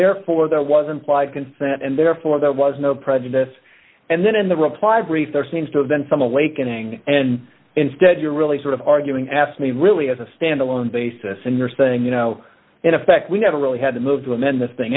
therefore there was implied consent and therefore there was no prejudice and then in the reply brief there seems to have been some awakening and instead you're really sort of arguing asked me really as a standalone basis and you're saying you know in effect we never really had to move to amend this thing